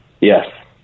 Yes